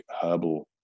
herbal